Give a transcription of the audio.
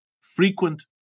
frequent